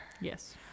Yes